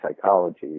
psychology